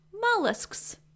mollusks